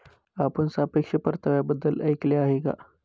आपण सापेक्ष परताव्याबद्दल ऐकले आहे का?